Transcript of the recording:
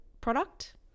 product